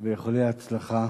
ואיחולי הצלחה.